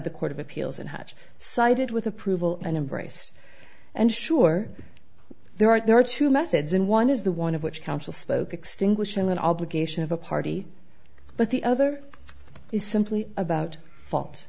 the court of appeals and hatch cited with approval and embraced and sure there are there are two methods and one is the one of which counsel spoke extinguishing an obligation of a party but the other is simply about fault